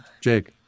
Jake